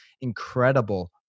incredible